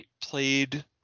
played